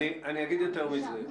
אני אגיד יותר מזה.